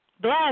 Bless